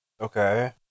Okay